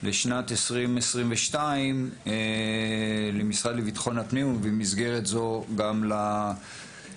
לשנת 2022 למשרד לביטחון הפנים ובמסגרת זו גם למשטרה.